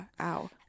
ow